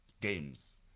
games